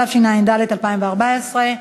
התשע"ד 2014,